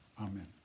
Amen